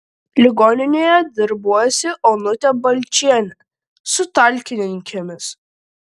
ligoninėje darbuojasi onutė balčienė su talkininkėmis